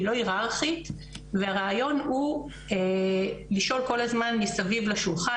היא לא היררכית והרעיון הוא לשאול כל הזמן מסביב לשולחן,